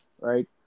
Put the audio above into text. right